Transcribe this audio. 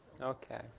Okay